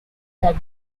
that